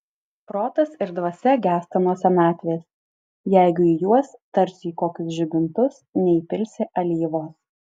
protas ir dvasia gęsta nuo senatvės jeigu į juos tarsi į kokius žibintus neįpilsi alyvos